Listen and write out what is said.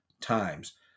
times